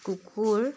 কুকুৰ